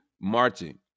marching